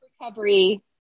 recovery